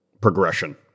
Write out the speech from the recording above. progression